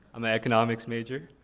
i'm an economics major.